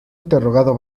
interrogado